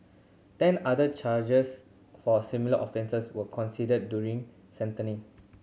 ten other charges for similar offences were considered during